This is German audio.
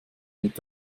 mit